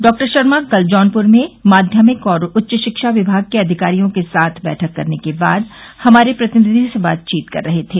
doctor Sharma कल जौनपुर में माध्यमिक और उच्च शिक्षा विभाग के अधिकारियों के साथ बैठक करने के बाद हमारे प्रतिनिधि से बातचीत कर रहे थे